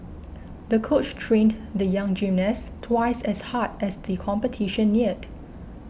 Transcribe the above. the coach trained the young gymnast twice as hard as the competition neared